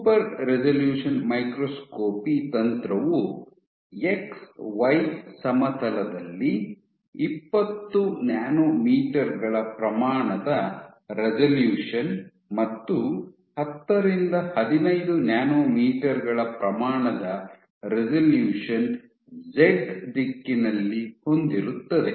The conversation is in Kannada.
ಸೂಪರ್ ರೆಸಲ್ಯೂಶನ್ ಮೈಕ್ರೋಸ್ಕೋಪಿ ತಂತ್ರವು ಎಕ್ಸ್ ವೈ ಸಮತಲದಲ್ಲಿ ಇಪ್ಪತ್ತು ನ್ಯಾನೊಮೀಟರ್ ಗಳ ಪ್ರಮಾಣದ ರೆಸಲ್ಯೂಶನ್ ಮತ್ತು ಹತ್ತರಿಂದ ಹದಿನೈದು ನ್ಯಾನೊಮೀಟರ್ ಗಳ ಪ್ರಮಾಣದ ರೆಸಲ್ಯೂಶನ್ ಝೆಡ್ ದಿಕ್ಕಿನಲ್ಲಿ ಹೊಂದಿರುತ್ತದೆ